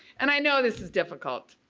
and i know this is difficult.